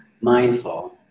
mindful